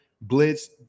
blitz